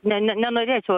ne ne nenorėčiau aš